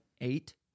eight